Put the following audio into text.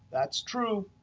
that's true.